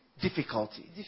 difficulty